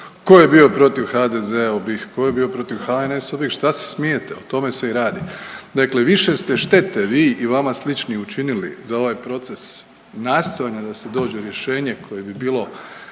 tko je bio protiv HDZ-a u BiH, tko je bio protiv HNS-ovih, šta se smijete, o tome se i radi. Dakle više ste štete vi i vama slični učili za ovaj proces nastojanja da se dođe rješenje koje bi bilo